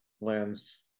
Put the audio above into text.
lens